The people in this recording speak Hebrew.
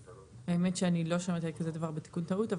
האמת שאני לא שמעתי על כזה דבר בתיקון טעות.